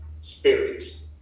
spirits